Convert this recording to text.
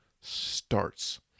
starts